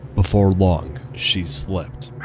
before long she slipped,